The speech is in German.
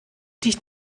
dich